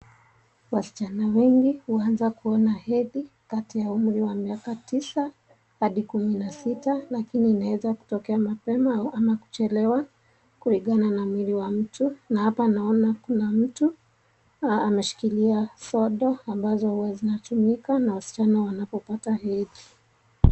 Wasichana wengi huanza kuona hedhi kati ya umri wa miaka tisa hadi kumi na sita lakini inaweza kutokea mapema ama kuchelewa kulingana na mwili wa mtu. Hapa naona kuna mtu ameshikilia sodo ambazo huwa zinatumika na wasichana wanapopata hedhi.